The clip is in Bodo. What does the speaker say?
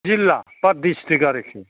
जिल्ला एबा डिस्ट्रिक आरोखि